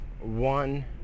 one